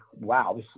wow